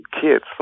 kids